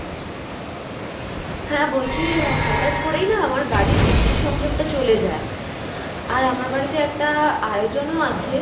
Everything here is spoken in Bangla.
হ্যাঁ বলছি হঠাৎ করেই না আমার বাড়ির বিদ্যুৎ সংযোগটা চলে যায় আর আমার বাড়িতে একটা আয়োজনও আছে